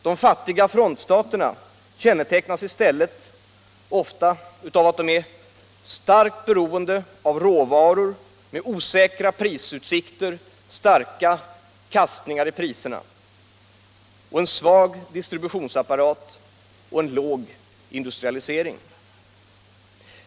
De fattiga frontstaterna kännetecknas i stället ofta av starkt beroende av råvaror med osäkra prisutsikter, med starka kastningar i prisnivån, en svag distributionsapparat och låg industrialisering.